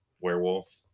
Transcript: Werewolf